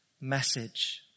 message